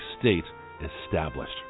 state-established